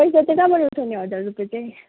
पैसा चाहिँ कहाँबाट उठाउने हजार रुपियाँ चाहिँ